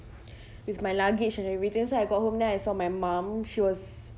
with my luggage and everything so I got home then I saw my mum she was